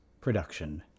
production